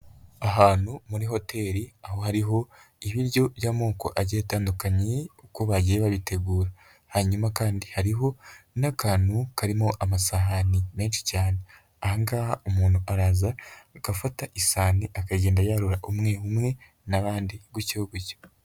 Ahantu muri hoteli aho hariho ibiryo by'amoko agiye atandukanye uko bagiye babitegura hanyuma kandi hariho n'akantu karimo amasahani menshi cyane aha ngaha umuntu araza agafata isahani akagenda yarura umwe umwe n'abandi gutyo gutyo.